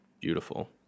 beautiful